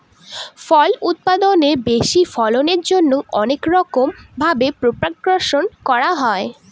ফল উৎপাদনের বেশি ফলনের জন্যে অনেক রকম ভাবে প্রপাগাশন করা হয়